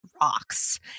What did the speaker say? rocks